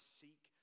seek